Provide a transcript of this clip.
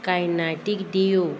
kinetic duo